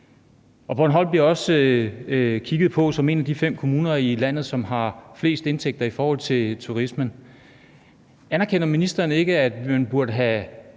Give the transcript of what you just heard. Og Bornholm bliver også kigget på som en af de fem kommuner i landet, som har flest indtægter fra turismen. Anerkender ministeren ikke, at man burde have